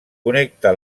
connecta